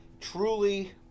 truly